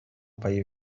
pair